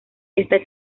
esta